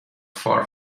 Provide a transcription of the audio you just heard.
far